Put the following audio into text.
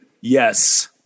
Yes